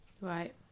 Right